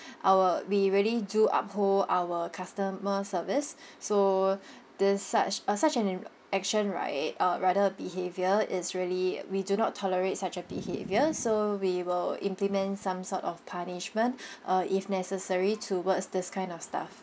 our we really do uphold our customer service so this such uh such an im~ action right or rather behaviour is really we do not tolerate such a behaviour so we will implement some sort of punishment uh if necessary towards this kind of staff